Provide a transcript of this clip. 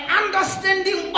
understanding